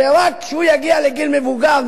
ורק כשהוא יגיע לגיל מבוגר,